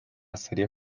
serie